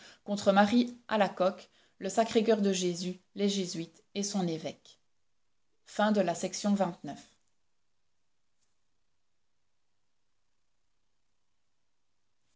contre marie alacoque le sacré-coeur de jésus les jésuites et son évêque